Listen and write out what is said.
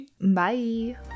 Bye